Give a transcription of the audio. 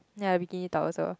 ya bikini top also